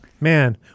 Man